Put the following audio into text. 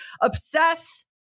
obsess